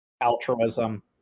altruism